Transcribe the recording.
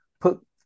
put